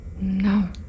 no